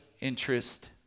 interest